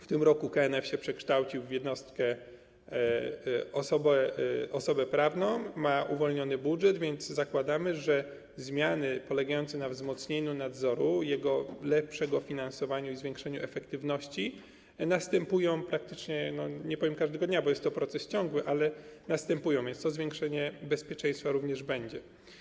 W tym roku KNF się przekształcił w jednostkę, osobę prawną, ma uwolniony budżet, więc zakładamy, że zmiany polegające na wzmocnieniu nadzoru, jego lepszym finansowaniu i zwiększeniu efektywności następują praktycznie, nie powiem, że każdego dnia, bo jest to proces ciągły, ale następują, więc to zwiększenie bezpieczeństwa również będzie.